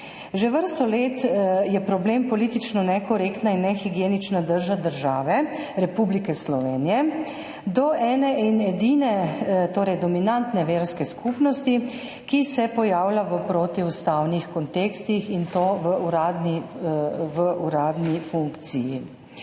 Že vrsto let je problem politično nekorektna in nehigienična drža države Republike Slovenije do ene in edine dominantne verske skupnosti, ki se pojavlja v protiustavnih kontekstih, in to v uradni funkciji.